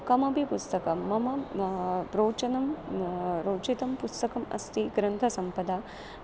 कमपि पुस्तकं मम रोचनं रोचितं पुस्तकम् अस्ति ग्रन्थसम्पदा